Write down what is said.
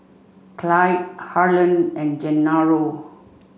Clyde Harlen and Gennaro